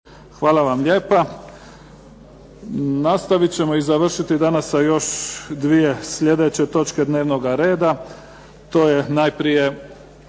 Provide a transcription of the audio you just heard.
Neven (SDP)** Nastavit ćemo i završiti danas sa još dvije sljedeće točke dnevnoga reda. To je najprije